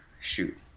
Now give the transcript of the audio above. shoot